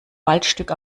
waldstück